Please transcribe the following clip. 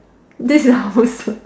this is housework